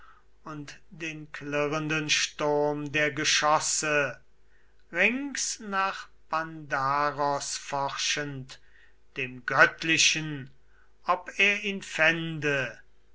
und den klirrenden sturm der geschosse rings nach pandaros forschend dem göttlichen ob er ihn fände